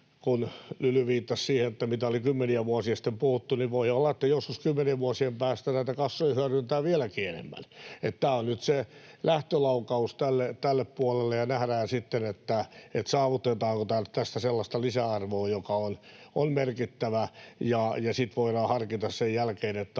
kun Lyly viittasi siihen, mitä oli kymmeniä vuosia sitten puhuttu — että joskus kymmenien vuosien päästä näitä kassoja hyödynnetään vieläkin enemmän, eli tämä on nyt se lähtölaukaus tälle puolelle ja sitten nähdään, saavutetaanko tällä sellaista lisäarvoa, joka on merkittävä. Sitten sen jälkeen